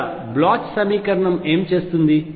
లేదా బ్లోచ్ సమీకరణం ఏమి చేస్తుంది